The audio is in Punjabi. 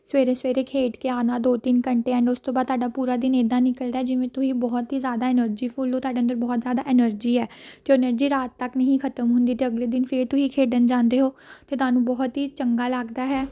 ਸਵੇਰੇ ਸਵੇਰੇ ਖੇਡ ਕੇ ਆਉਣਾ ਦੋ ਤਿੰਨ ਘੰਟੇ ਐਨ ਉਸ ਤੋਂ ਬਾਅਦ ਤੁਹਾਡਾ ਪੂਰਾ ਦਿਨ ਇੱਦਾਂ ਨਿਕਲਦਾ ਜਿਵੇਂ ਤੁਸੀਂ ਬਹੁਤ ਹੀ ਜ਼ਿਆਦਾ ਐਨਰਜੀ ਫੁੱਲ ਹੋ ਤੁਹਾਡੇ ਅੰਦਰ ਬਹੁਤ ਜ਼ਿਆਦਾ ਐਨਰਜੀ ਹੈ ਅਤੇ ਐਨਰਜੀ ਰਾਤ ਤੱਕ ਨਹੀਂ ਖ਼ਤਮ ਹੁੰਦੀ ਅਤੇ ਅਗਲੇ ਦਿਨ ਫਿਰ ਤੁਸੀਂ ਖੇਡਣ ਜਾਂਦੇ ਹੋ ਅਤੇ ਤੁਹਾਨੂੰ ਬਹੁਤ ਹੀ ਚੰਗਾ ਲੱਗਦਾ ਹੈ